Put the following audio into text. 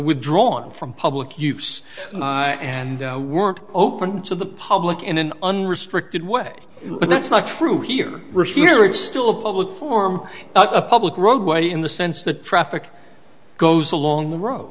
withdrawn from public use and weren't open to the public in an unrestricted way but that's not true here revering still a public form a public roadway in the sense that traffic goes along the road